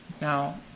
now